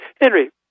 Henry